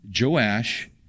Joash